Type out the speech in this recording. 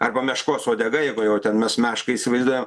arba meškos uodega jeigu jau ten mes mešką įsivaizduojam